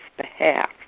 behalf